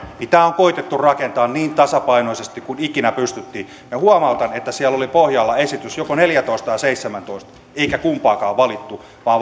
tämä on koetettu rakentaa niin tasapainoisesti kuin ikinä pystyttiin minä huomautan että siellä oli pohjalla esitys joko neljätoista tai seitsemäntoista eikä kumpaakaan valittu vaan